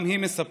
גם היא מספרת: